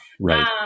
right